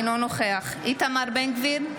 אינו נוכח איתמר בן גביר,